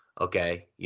Okay